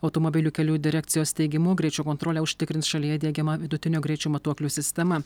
automobilių kelių direkcijos teigimu greičio kontrolę užtikrins šalyje diegiama vidutinio greičio matuoklių sistema